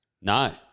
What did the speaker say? No